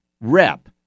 Rep